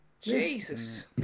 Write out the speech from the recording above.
Jesus